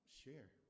share